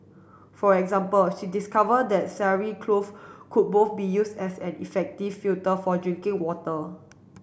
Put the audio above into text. for example she discover that sari cloth could both be use as an effective filter for drinking water